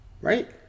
Right